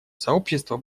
сообщество